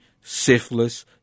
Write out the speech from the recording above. syphilis